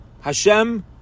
Hashem